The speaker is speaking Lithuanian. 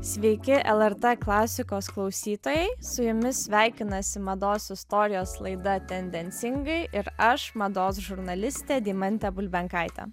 sveiki lrt klasikos klausytojai su jumis sveikinasi mados istorijos laida tendencingai ir aš mados žurnalistė deimantė bulbenkaitė